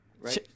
Right